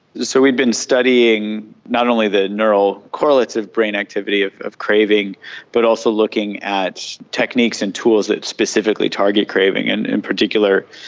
so we had been studying not only the neural correlative brain activity of of craving but also looking at techniques and tools that specifically target craving, and in particular,